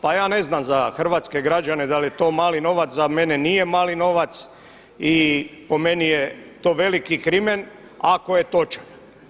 Pa ja ne znam za hrvatske građane da li je to mali novac, za mene nije mali novac i po meni je to veliki krimen ako je točan.